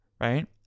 right